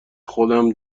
خودم